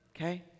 Okay